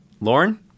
Lauren